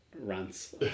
rants